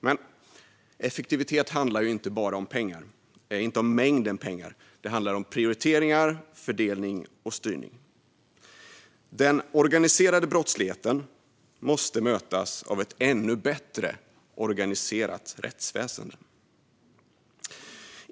Men effektivitet handlar inte bara om mängden pengar. Det handlar om prioriteringar, fördelning och styrning. Den organiserade brottsligheten måste mötas av ett ännu bättre organiserat rättsväsen.